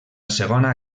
segona